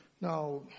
Now